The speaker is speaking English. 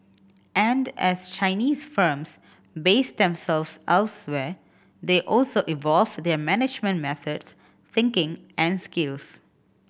and as Chinese firms base themselves elsewhere they also evolve their management methods thinking and skills